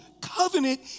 covenant